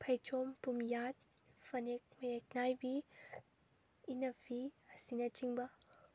ꯐꯩꯖꯣꯝ ꯄꯨꯝꯌꯥꯠ ꯐꯅꯦꯛ ꯃꯌꯦꯛ ꯅꯥꯏꯕꯤ ꯏꯅꯐꯤ ꯑꯁꯤꯅ ꯆꯤꯡꯕ